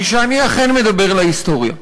היא שאני אכן מדבר להיסטוריה.